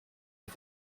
are